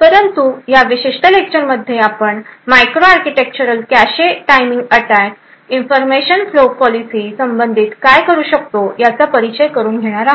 परंतु या विशिष्ट लेक्चरमध्ये आपण micro architectural cache timing attack information flow policy संबंधित काय करू शकतो याचा परिचय करून घेणार आहोत